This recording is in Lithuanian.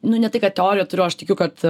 nu ne tai kad teoriją turiu aš tikiu kad